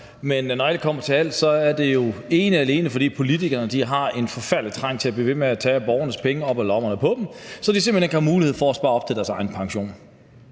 men når alt kommer til alt, er det jo ene og alene, fordi politikerne har en forfærdelig trang til at blive ved med at tage borgernes penge op af lommerne på dem, så de simpelt hen ikke har mulighed for at spare op til deres egen pension.